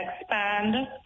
expand